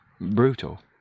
brutal